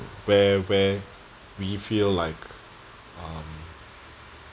where where we feel like um